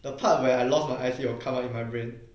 the part where I lost my I_C will come up in my brain